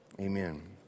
Amen